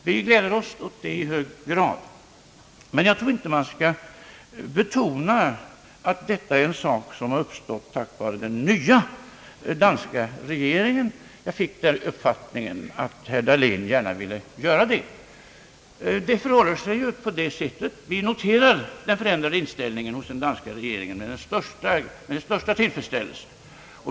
Vi gläder oss också åt det i hög grad, men jag tror inte att man skall betona att detta har skett tack vare den nya danska regeringen; jag fick den uppfattningen att herr Dahlén gärna ville göra det. Vi noterar den förändrade inställningen hos den danska regeringen med största tillfredsställelse.